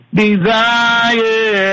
desire